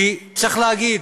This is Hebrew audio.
כי צריך להגיד,